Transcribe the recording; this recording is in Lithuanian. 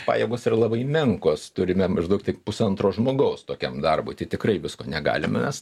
pajėgos yra labai menkos turime maždaug tik pusantro žmogaus tokiam darbui tai tikrai visko negalim mes